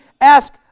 ask